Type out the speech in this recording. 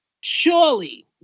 Surely